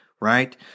right